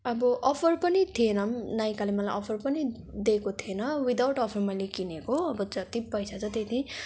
अब अफर पनि थिएन नाइकाले मलाई अफर पनि दिएको थिएन विदाउट अफर मैले किनेको अब जति पैसा छ त्यति